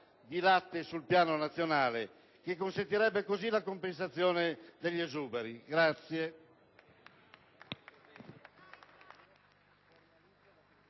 Grazie,